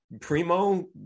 Primo